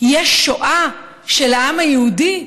יש שואה של העם היהודי,